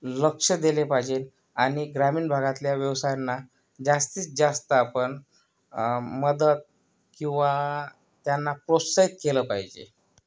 लक्ष दिले पाहिजेल आणि ग्रामीण भागातल्या व्यवसायांना जास्तीत जास्त आपण मदत किंवा त्यांना प्रोत्साहित केलं पाहिजे